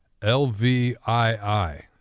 LVII